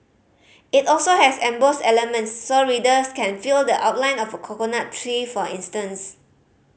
it also has embossed elements so readers can feel the outline of a coconut tree for instance